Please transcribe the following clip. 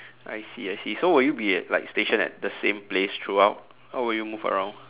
I see I see so will you be like stationed at the same place throughout or will you move around